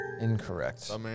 incorrect